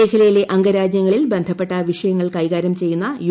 മേഖലയിലെ അംഗരാജ്യങ്ങളിൽ ബന്ധപ്പെട്ട വിഷയങ്ങൾ കൈകാര്യം ചെയ്യുന്ന യു